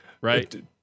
right